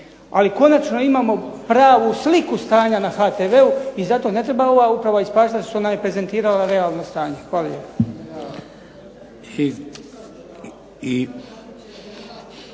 Ali konačno imamo pravu sliku stanja na HTV-u i zato ne treba ova uprava ispaštati što nam je prezentirala realno stanje. Hvala